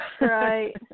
Right